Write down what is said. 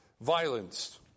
violence